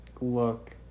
look